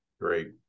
great